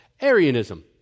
Arianism